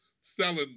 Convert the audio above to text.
selling